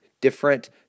different